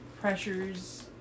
pressures